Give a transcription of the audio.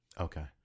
okay